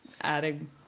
adding